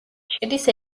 შედის